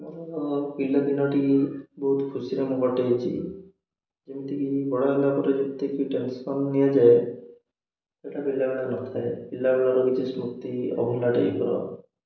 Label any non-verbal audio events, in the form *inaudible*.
ମୋର ପିଲାଦିନଟିିକେ ବହୁତ ଖୁସିରେ ମୁଁ କଟେଇଛି ଯେମିତିକି ବଡ଼ ହେଲା ପରେ ଯେମତିକି ଟେନସନ୍ ନିଆଯାଏ ସେଟା ପିଲାବେଳେ ନଥାଏ ପିଲାବେଳର କିଛି ସ୍ମୃତି ଅଭୁଲା *unintelligible*